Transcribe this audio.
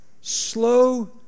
slow